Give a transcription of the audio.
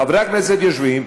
חברי הכנסת יושבים,